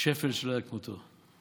שפל שלא היה כמותו.